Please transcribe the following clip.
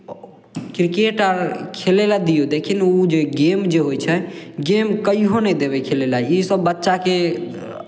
cricket आर खेलय लेल दियौ लेकिन ओ जे गेम जे होइ छै गेम कहियो नहि देबै खेलय लेल इसभ बच्चाकेँ